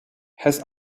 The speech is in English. has